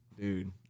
Dude